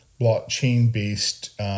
blockchain-based